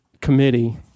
committee